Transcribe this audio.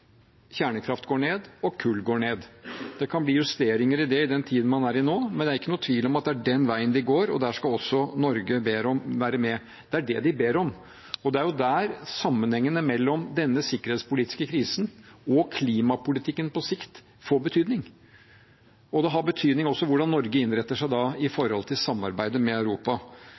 kjernekraft og kull går ned. Det kan bli justeringer i det i den tiden man er i nå, men det er ingen tvil om at det er den veien de går, og der skal også Norge være med. Det er det de ber om. Og det er jo der sammenhengene mellom denne sikkerhetspolitiske krisen og klimapolitikken på sikt får betydning, og det har også betydning hvordan Norge innretter seg i forhold til samarbeidet med Europa.